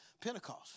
Pentecost